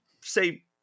say